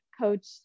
coach